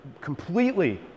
completely